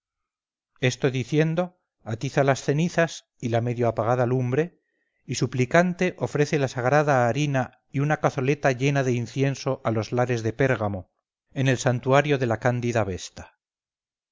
esto diciendo atiza las cenizas y la medio apagada lumbre y suplicante ofrece la sagrada harina y una cazoleta llena de incienso a los lares de pérgamo en el santuario de la cándida vesta